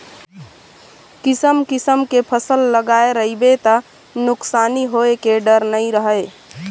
किसम किसम के फसल लगाए रहिबे त नुकसानी होए के डर नइ रहय